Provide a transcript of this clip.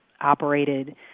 operated